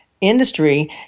industry